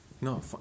No